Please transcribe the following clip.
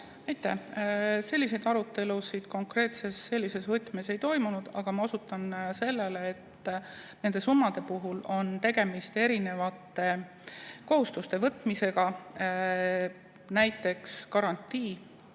Aitäh! Selliseid arutelusid konkreetselt sellises võtmes ei toimunud. Aga ma osutan sellele, et nende summade puhul on tegemist erinevate kohustuste võtmisega. Näiteks garantiiga,